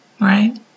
Right